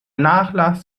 nachlass